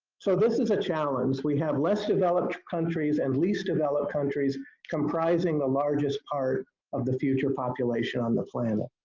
so this is a challenge, we have less developed countries and least developed countries comprising the largest part of the future population on the planet.